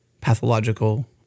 pathological